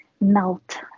melt